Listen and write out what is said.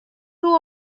hoe